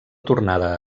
tornada